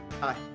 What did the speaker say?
Hi